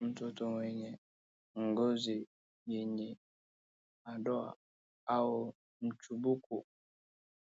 Mtoto mwenye ngozi yenye madowa au mchubuko